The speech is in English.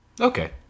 Okay